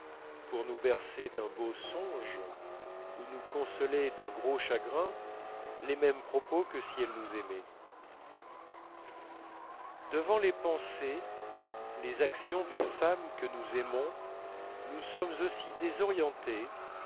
pour nous bercer d'un beau songe ou nous consoler d'un gros chagrin les mêmes propos que si elle nous aimait devant les pensées les actions d'une femme que nous aimons nous sommes aussi désorientés